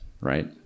right